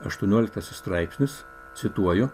aštuonioliktasis straipsnis cituoju